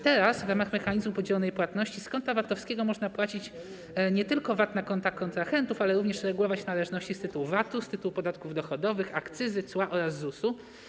Teraz w ramach mechanizmu podzielonej płatności z konta VAT-owskiego można płacić nie tylko VAT na konta kontrahentów, ale również regulować należności z tytułu VAT-u, z tytułu podatków dochodowych, akcyzy, cła oraz ZUS-u.